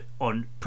on